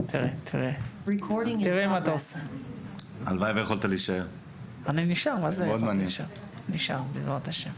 אם אנחנו מדברים על חינוך לספורט וילדים אני הייתי שמח שלאורך השנים